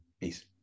Peace